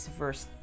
verse